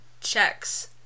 checks